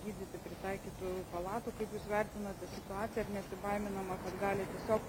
gydyti pritaikytų palatų kaip jūs vertinate situaciją ar nesibaiminama kad gali tiesiog